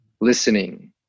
listening